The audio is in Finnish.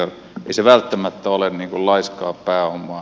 ei se välttämättä ole laiskaa pääomaa